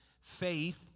faith